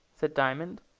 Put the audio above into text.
said diamond.